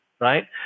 right